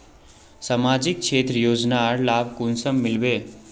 सामाजिक क्षेत्र योजनार लाभ कुंसम मिलबे?